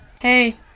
Hey